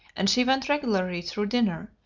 and she went regularly through dinner,